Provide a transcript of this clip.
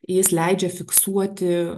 jis leidžia fiksuoti